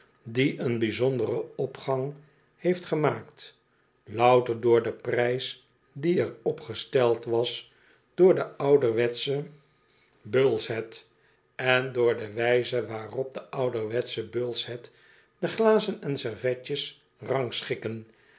die een bijzonderen opgang heeft gemaakt louter door den prijs die er op gesteld was door de ouderwetsche bulls head en door de wijze waarop de ouderwetsche bulls head de glazen en servetjes rangschikken